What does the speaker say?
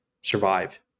survive